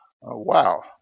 Wow